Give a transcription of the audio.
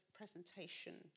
presentation